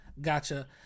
Gotcha